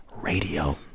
radio